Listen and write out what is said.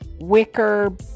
wicker